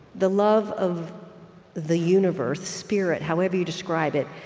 the love of the universe, spirit, however you describe it,